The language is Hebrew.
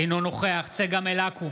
אינו נוכח צגה מלקו,